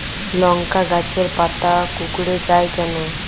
লংকা গাছের পাতা কুকড়ে যায় কেনো?